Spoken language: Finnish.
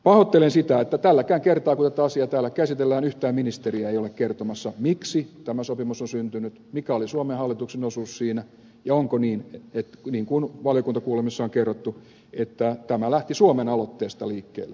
pahoittelen sitä että tälläkään kertaa kun tätä asiaa täällä käsitellään yhtään ministeriä ei ole kertomassa miksi tämä sopimus on syntynyt mikä oli suomen hallituksen osuus siinä ja onko niin kuten valiokuntakuulemisissa on kerrottu että tämä lähti suomen aloitteesta liikkeelle